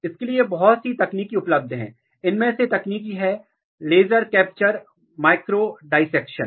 इसके लिए बहुत सी तकनीक उपलब्ध हैं इनमें से एक तकनीकी है लेजर कैप्चर माइक्रोडिसेक्शन